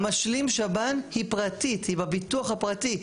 המשלים שב"ן היא פרטית, היא בביטוח הפרטי.